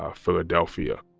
ah philadelphia.